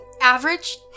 Average